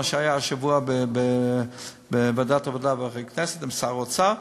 מה שהיה השבוע בוועדת העבודה והרווחה בכנסת עם שר האוצר,